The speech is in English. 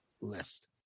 list